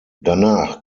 danach